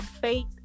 Fate